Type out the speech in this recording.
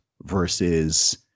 versus